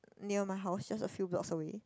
near my house just a few blocks away